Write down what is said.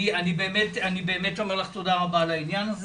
אני באמת אומר לך תודה רבה על העניין הזה.